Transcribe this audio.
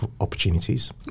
opportunities